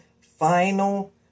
final